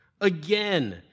Again